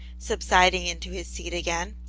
subsiding into his seat again.